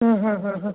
ആ ആ ആ ആ